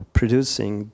producing